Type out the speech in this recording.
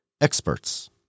experts